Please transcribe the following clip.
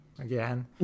Again